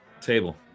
Table